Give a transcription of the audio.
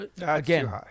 again